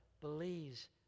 believes